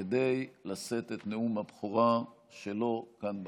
כדי לשאת את נאום הבכורה שלו כאן בכנסת,